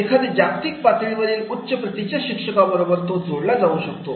एखादा जागतिक पातळीवर उच्च प्रतीच्या शिक्षकाबरोबर जोडला जाऊ शकतो